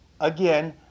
again